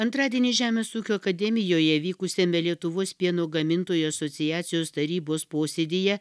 antradienį žemės ūkio akademijoje vykusiame lietuvos pieno gamintojų asociacijos tarybos posėdyje